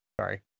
Sorry